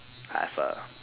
have a